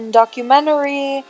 documentary